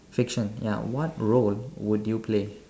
fiction ya what role would you play